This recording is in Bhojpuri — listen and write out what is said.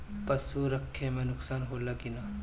पशु रखे मे नुकसान होला कि न?